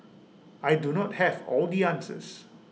I do not have all the answers